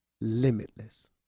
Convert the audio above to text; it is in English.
limitless